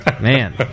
Man